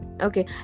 Okay